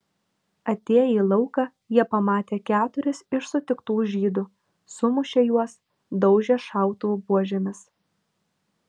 atėję į lauką jie pamatė keturis iš sutiktų žydų sumušė juos daužė šautuvų buožėmis